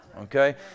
okay